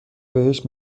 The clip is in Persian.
بهشت